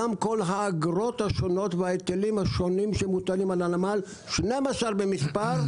גם כל האגרות השונות וההיטלים השונים שמוטלים על הנמל 12 במספר.